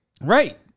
right